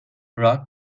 rock